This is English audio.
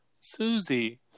Susie